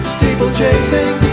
Steeplechasing